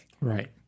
Right